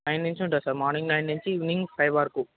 nine నించి ఉంటుంది sir morning nine నించి ఈవినింగ్ ఫైవ్ వరకు